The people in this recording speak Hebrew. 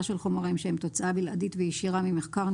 של חומרים שהם תוצאה בלעדית וישירה ממחקר,